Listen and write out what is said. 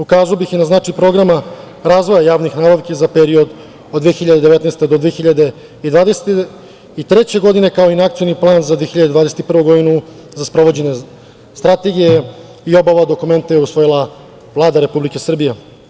Ukazao bih i na značaj programa, razvoja javnih nabavki za period od 2019. do 2023. godine, kao i nacionalni plan za 2021. godinu, za sprovođenje strategije i oba ova dokumenta, usvojila je Vlada Republike Srbije.